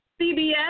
CBS